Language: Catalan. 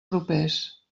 propers